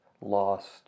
lost